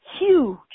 huge